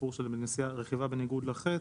הסיפור של רכיבה בניגוד לחץ,